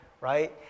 right